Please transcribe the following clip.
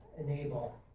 enable